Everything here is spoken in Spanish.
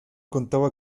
contaba